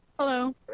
Hello